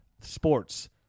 Sports